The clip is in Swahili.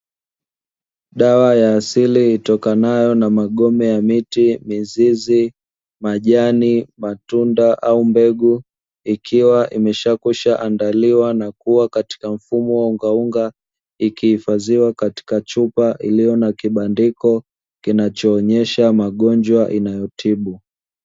Dawa ya asili itokanayo na magome ya miti, mizizi, majani, matunda au mbegu. Ikiwa imeshakwisha andaliwa na kuwa katika mfumo wa ungaunga ikihifadhiwa katika chupa iliyo na kibandiko kinachoonyesha magonjwa inayotibu.